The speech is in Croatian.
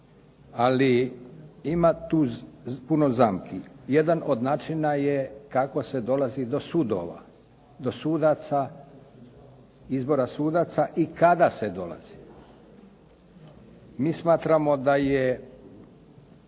ali ima tu puni zamki. Jedan od načina je kako se dolazi do sudova, do sudaca, izbora sudaca i kada se dolazi. Mi smatramo da je